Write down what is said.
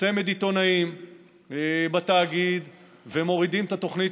צמד עיתונאים בתאגיד ומורידים את התוכנית